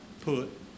put